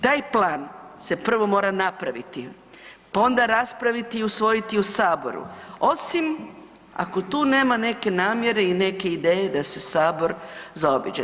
Taj plan se prvo mora napraviti, pa onda raspraviti i usvojiti u saboru osim ako tu nema neke namjere i neke ideje da se sabor zaobiđe.